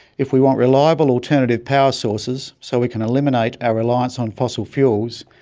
if we want reliable alternative power sources so we can eliminate our reliance on fossil fuels,